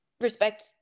respect